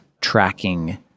tracking